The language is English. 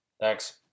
Thanks